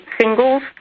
singles